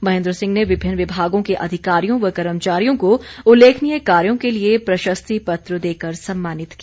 महेंद्र सिंह ने विभिन्न विभागों के अधिकारियों व कर्मचारियों को उल्लेखनीय कार्यों के लिए प्रशस्ति पत्र देकर सम्मानित किया